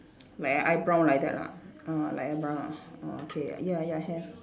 like a eyebrow like that lah ah like eyebrow lah oh okay ya ya have